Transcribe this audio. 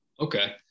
Okay